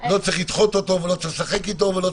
לא צריך לדחות אותו או לשחק אותו.